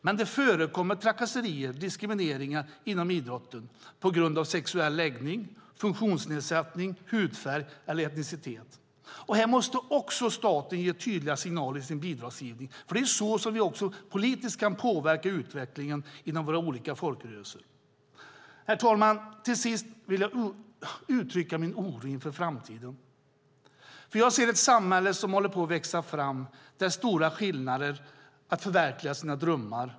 Men det förekommer trakasserier och diskriminering inom idrotten på grund av sexuell läggning, funktionsnedsättning, hudfärg eller etnicitet. Här måste också staten ge tydliga signaler i sin bidragsgivning, för det är så som vi också politiskt kan påverka utvecklingen inom våra olika folkrörelser. Herr talman! Till sist vill jag uttrycka min oro inför framtiden. Jag ser ett samhälle som håller på att växa fram där det är stora skillnader när det gäller att förverkliga sina drömmar.